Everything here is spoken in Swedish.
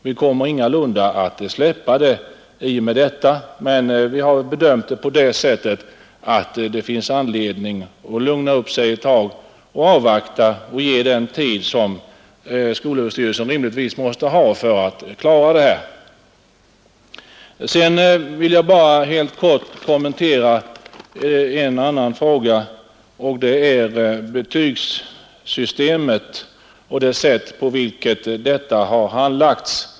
Vi kommer ingalunda att släppa problemet i och med detta, men vi har bedömt det på det sättet att det finns anledning att lugna sig ett tag och ge skolöverstyrelsen den tid som den rimligtvis måste ha på sig för att klara det här. Sedan vill jag bara helt kort kommentera en annan fråga, nämligen betygssystemet och det sätt på vilket detta har handlagts.